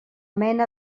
mena